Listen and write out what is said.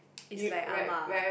it's like Ah-Ma